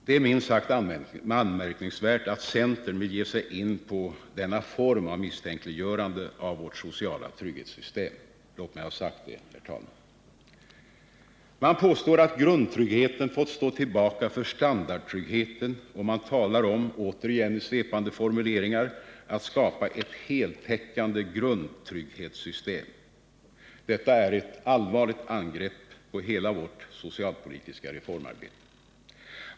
Det är minst sagt anmärkningsvärt att centern vill ge sig in på denna form av misstänkliggörande av vårt sociala trygghetssystem — låt mig ha det sagt, herr talman. Man påstår att grundtryggheten fått stå tillbaka för standardtryggheten, och man talar — återigen i svepande formuleringar — om att skapa ett heltäckande grundtrygghetssystem. Detta är ett allvarligt angrepp på hela vårt socialpolitiska reformarbete.